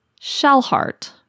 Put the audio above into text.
Shellheart